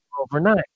overnight